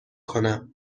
کنم